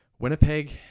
Winnipeg